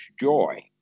joy